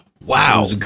Wow